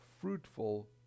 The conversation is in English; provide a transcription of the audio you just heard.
fruitful